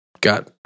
got